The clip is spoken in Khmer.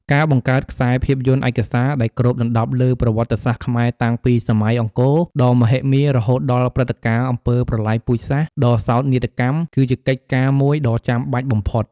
ការបង្កើតខ្សែភាពយន្តឯកសារដែលគ្របដណ្តប់លើប្រវត្តិសាស្ត្រខ្មែរតាំងពីសម័យអង្គរដ៏មហិមារហូតដល់ព្រឹត្តិការណ៍អំពើប្រល័យពូជសាសន៍ដ៏សោកនាដកម្ម គឺជាកិច្ចការមួយដ៏ចាំបាច់បំផុត។